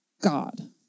God